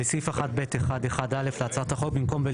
בסעיף 1(ב1)(1)(א) להצעת החוק במקום 'אל